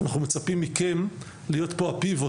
אנחנו מצפים מכם להיות פה הפיבוט,